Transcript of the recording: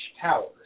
Towers